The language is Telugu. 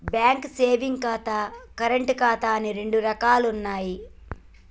బ్యేంకు సేవింగ్స్ ఖాతా, కరెంటు ఖాతా అని రెండు రకాలుంటయ్యి